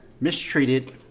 mistreated